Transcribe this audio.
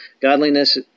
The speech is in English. Godliness